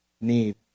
need